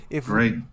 Great